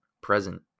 present